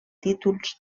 títols